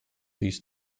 his